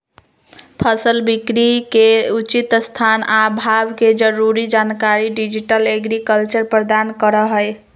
फसल बिकरी के उचित स्थान आ भाव के जरूरी जानकारी डिजिटल एग्रीकल्चर प्रदान करहइ